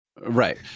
right